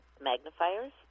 magnifiers